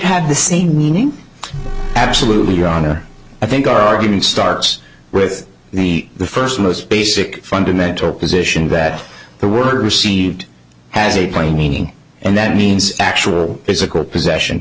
have the same meaning absolutely your honor i think our argument starts with the first most basic fundamental position that the word received has a plain meaning and that means actual physical possession